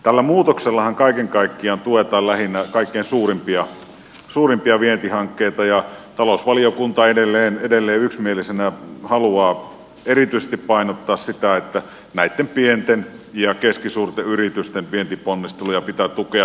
tällä muutoksellahan kaiken kaikkiaan tuetaan lähinnä kaikkein suurimpia vientihankkeita ja talousvaliokunta edelleen yksimielisenä haluaa erityisesti painottaa sitä että näitten pienten ja keskisuurten yritysten vientiponnisteluja pitää tukea yhtäläisesti